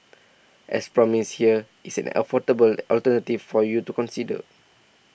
as promised here is an affordable alternative for you to consider